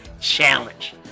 Challenge